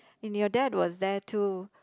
and your dad was there too